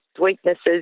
weaknesses